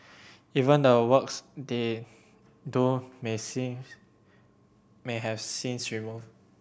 even the works they do may sees may have scenes removed